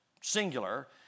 singular